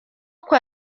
kwa